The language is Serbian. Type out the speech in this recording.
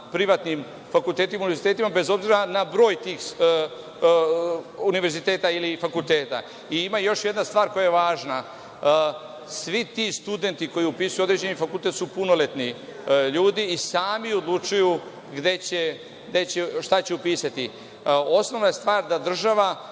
privatnim fakultetima i univrzitetima, bez obzira na broj tih univerziteta ili fakulteta. Ima još jedna stvar koja je važna. Svi ti studenti koji upisuju određeni fakultet su punoletni ljudi i sami odlučuju šta će upisati. Osnovna je stvar da država